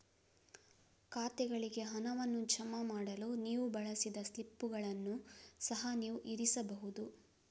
ಖಾತೆಗಳಿಗೆ ಹಣವನ್ನು ಜಮಾ ಮಾಡಲು ನೀವು ಬಳಸಿದ ಸ್ಲಿಪ್ಪುಗಳನ್ನು ಸಹ ನೀವು ಇರಿಸಬಹುದು